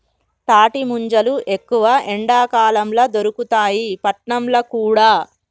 తాటి ముంజలు ఎక్కువ ఎండాకాలం ల దొరుకుతాయి పట్నంల కూడా